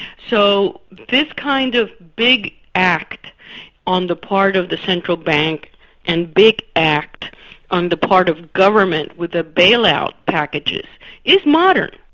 so this kind of big act on the part of the central bank and big act on the part of government with the bail-out packages is modern.